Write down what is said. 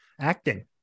acting